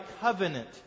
covenant